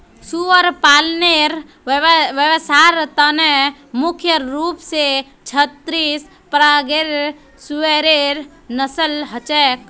सुअर पालनेर व्यवसायर त न मुख्य रूप स छत्तीस प्रकारेर सुअरेर नस्ल छेक